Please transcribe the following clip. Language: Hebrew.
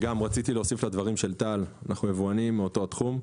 רציתי להוסיף לדברים של טל אנחנו יבואנים מאותו התחום.